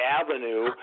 avenue